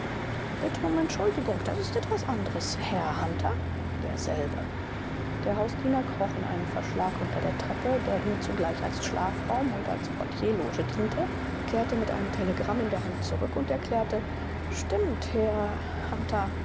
bitte um entschuldigung das ist etwas anderes herr hunter derselbe der hausdiener kroch in einen verschlag unter der treppe der ihm zugleich als schlafraum und als portierloge diente kehrte mit einem telegramm in der hand zurück und erklärte stimmt herr hunter